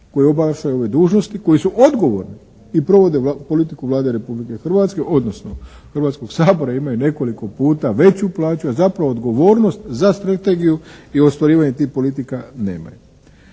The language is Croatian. koji obnašaju ove dužnosti, koji su odgovorni i provode politiku Vlade Republike Hrvatske, odnosno Hrvatskog sabora imaju nekoliko puta veću plaću, a zapravo odgovornost za strategiju i ostvarivanje tih politika nemaju.